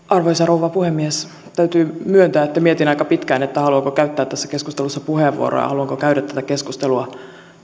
arvoisa rouva puhemies täytyy myöntää että mietin aika pitkään haluanko käyttää tässä keskustelussa puheenvuoroa haluanko käydä tätä keskustelua